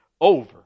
over